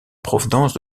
provenance